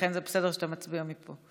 ולכן זה בסדר שאתה מצביע מפה.